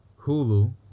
Hulu